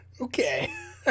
Okay